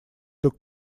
took